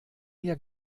mir